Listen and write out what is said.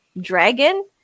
dragon